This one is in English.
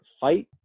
fight